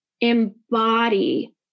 embody